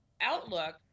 outlook